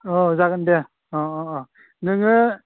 अ जागोन दे अ अ अ नोङो